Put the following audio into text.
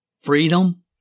freedom